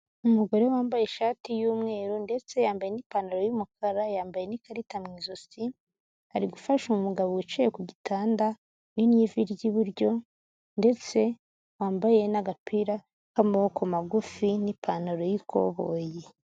Umugore wambaye ishati y'umweru ndetse yambaye n'ipantaro y'umukara, yambaye n'ikarita mu izosi, ari gufasha umugabo wicaye ku gitanda uhinnye ivi ry'iburyo, ndetse wambaye n'agapira k'amaboko magufi n'ipantaro y'ikoboyi.